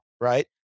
Right